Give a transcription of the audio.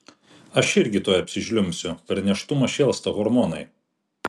aš irgi tuoj apsižliumbsiu per nėštumą šėlsta hormonai